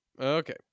Okay